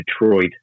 Detroit